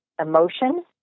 emotion